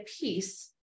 piece